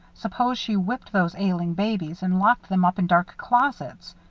suppose she whipped those ailing babies and locked them up in dark closets!